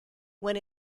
when